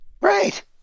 Right